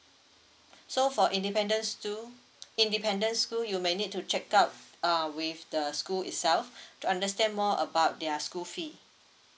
so for independents too independent school you might need to check out uh with the school itself to understand more about their school fee